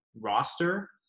roster